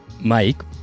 Mike